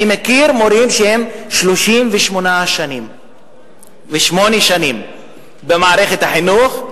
אני מכיר מורים שהם 38 שנים במערכת החינוך,